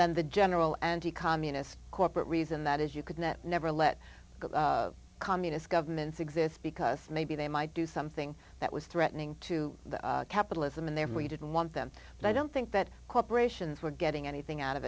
than the general anti communist corporate reason that is you could that never let communist governments exist because maybe they might do something that was threatening to capitalism and then we didn't want them but i don't think that corporations were getting anything out of